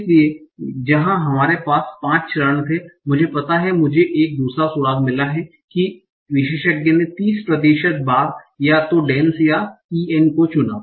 इसलिए जहां हमारे पास 5 चरण थे मुझे पता है कि मुझे एक दूसरा सुराग मिला है कि विशेषज्ञ ने 30 प्रतिशत बार या तो dans या en चुना